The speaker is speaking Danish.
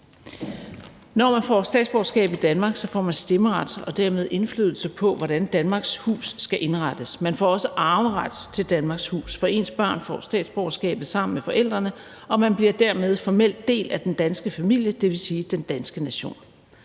Når man får statsborgerskab i Danmark, får man stemmeret og dermed indflydelse på, hvordan Danmarks hus skal indrettes. Man får også arveret til Danmarks hus, for ens børn får statsborgerskabet sammen med forældrene, og man bliver dermed formelt del af den danske familie, dvs. den danske nation.